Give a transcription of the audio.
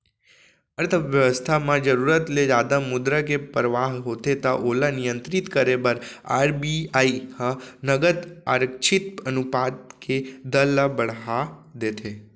अर्थबेवस्था म जरुरत ले जादा मुद्रा के परवाह होथे त ओला नियंत्रित करे बर आर.बी.आई ह नगद आरक्छित अनुपात के दर ल बड़हा देथे